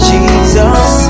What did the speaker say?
Jesus